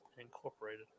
Incorporated